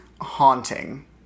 haunting